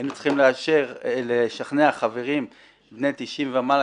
היינו צריכים לשכנע חברים בני 90 ומעלה